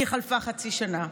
כי חלפה חצי שנה.